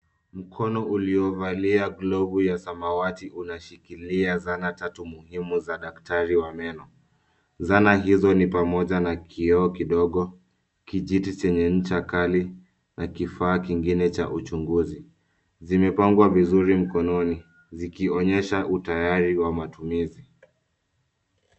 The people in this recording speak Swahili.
Mkono uliovalia glovu ya samawati unashikilia zana tatu muhimu za daktari wa meno. Zana hizo ni pamoja na kioo kidogo, kijiti chenye ncha kali, na kifaa kingine cha uchunguzi. Zimepangwa vizuri mkononi, zikionyesha utayari wa matumizi.